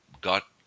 got